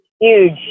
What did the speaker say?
huge